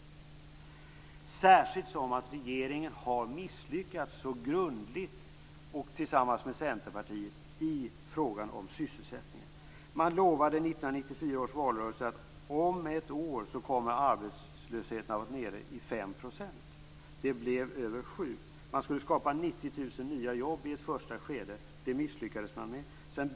Det gäller särskilt som regeringen, tillsammans med Centerpartiet, har misslyckats så grundligt i frågan om sysselsättningen. Man lovade i 1994 års valrörelse att arbetslösheten om ett år skulle vara nere i 5 %. Det blev över 7 %. Man skulle skapa 90 000 nya jobb i ett första skede. Det misslyckades man med.